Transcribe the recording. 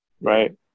Right